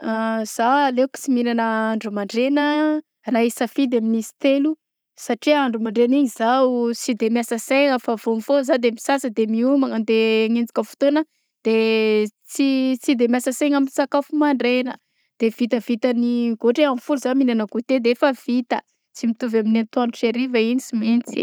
Za aleoko tsy mihignana andro mandraigna ra isafidy amin'izy telo satria andro mandraigny igny zaho sy de miasa saigna fa vao mifoha za de misasa de miomagna de mandeha manenjika fotoagna de tsy tsy de miasa saigna amy sakafo mandraigna de vitavita ny ôhatra hoe amin'ny folo za mihinana gouté de efa vita; tsy mitovy amin'ny atoandro sy ariva igny sy maintsy.